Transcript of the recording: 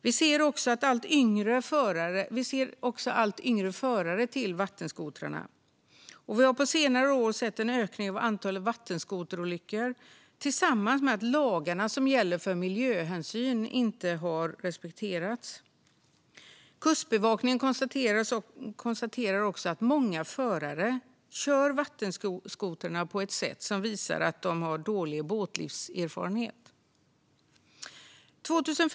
Vi ser också allt yngre förare av vattenskotrarna. Vi har på senare år sett en ökning av antalet vattenskoterolyckor tillsammans med att lagar som gäller miljöhänsyn inte har respekterats. Kustbevakningen konstaterar också att många förare kör vattenskoter på ett sätt som visar att de har dålig båtlivserfarenhet. Fru talman!